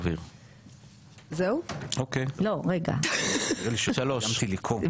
לא סיימתי לקרוא.